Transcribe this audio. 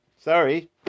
Sorry